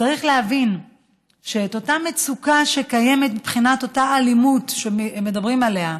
צריך להבין שאת אותה מצוקה שקיימת מבחינת האלימות שמדברים עליה,